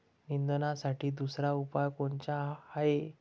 निंदनासाठी दुसरा उपाव कोनचा हाये?